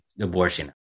abortion